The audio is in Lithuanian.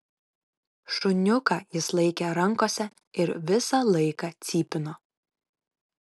šuniuką jis laikė rankose ir visą laiką cypino